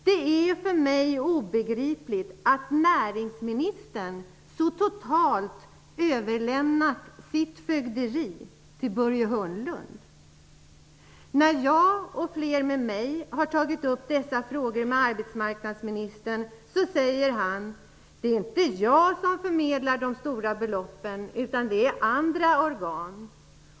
Det är för mig obegripligt att näringsministern så totalt överlämnat sitt fögderi till Börje Hörnlund. När jag och flera med mig har tagit upp dessa frågor med arbetsmarknadsmininstern har han sagt: Det är inte jag som förmedlar de stora beloppen, utan det är andra organ.